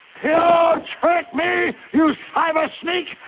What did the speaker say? yeah tricked me, you cyber sneak!